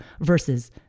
versus